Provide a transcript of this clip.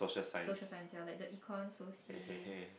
so social gel like the econ